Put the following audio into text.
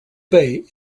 bay